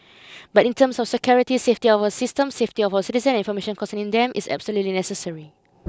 but in terms of security safety of our system safety of our citizens and information concerning them it's absolutely necessary